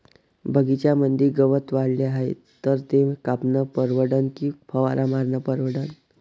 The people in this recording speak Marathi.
बगीच्यामंदी गवत वाढले हाये तर ते कापनं परवडन की फवारा मारनं परवडन?